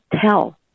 tell